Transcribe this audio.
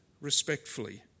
respectfully